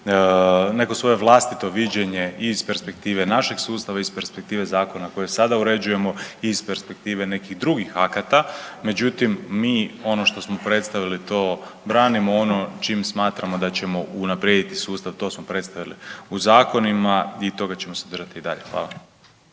neko svoje vlastito viđenje i iz perspektive našeg sustava i iz perspektive zakona kojeg sada uređujemo i iz perspektive nekih drugih akata, međutim mi ono što smo predstavili to branimo, ono čim smatramo da ćemo unaprijediti sustav to smo predstavili u zakonima i toga ćemo se držati i dalje. Hvala.